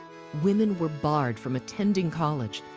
women were barred from attending college,